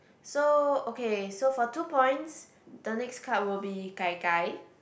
so okay so for two points the next card would be Gai Gai